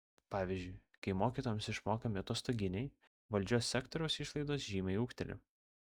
pavyzdžiui kai mokytojams išmokami atostoginiai valdžios sektoriaus išlaidos žymiai ūgteli